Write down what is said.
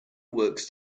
works